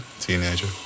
Teenager